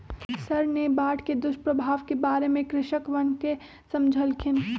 sir ने बाढ़ के दुष्प्रभाव के बारे में कृषकवन के समझल खिन